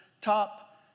top